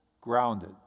grounded